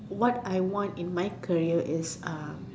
what I want in my career is